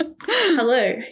hello